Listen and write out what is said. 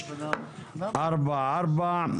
מ/1344,